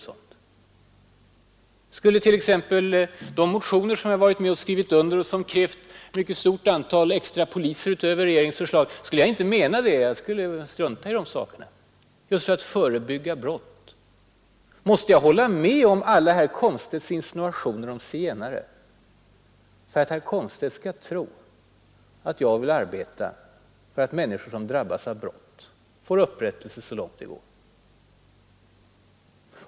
Skulle jag t.ex. inte mena det som står i de motioner jag skrivit under och som krävt ett mycket stort antal poliser utöver regeringens förslag? Skulle jag strunta i de sakerna som begärts just för att man skall kunna förebygga och upptäcka brott? Måste jag hålla med om alla herr Komstedts insinuationer om zigenare för att herr Komstedt skall tro att jag vill arbeta för att människor som drabbas av brott skall få stöd så långt det går?